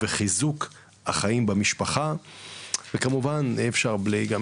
בחיזוק החיים במשפחה וכמובן אי אפשר בלי כסף,